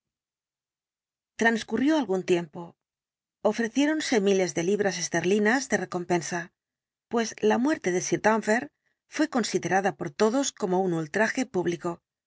teaxscuerió algún tiempo ofreciéronse miles de libras esterlinas de recompensa pues la muerte de sir danvers fué considerada por todos como un ultraje público